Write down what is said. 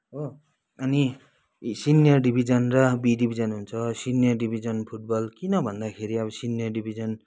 हो अनि senior division र बी डिभिजन हुन्छ सिनियर डिभिजन फुटबल किन भन्दाखेरि अब सिनियर डिभिजन